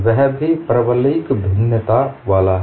यह भी परवलयिक भिन्नता वाला है